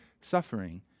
suffering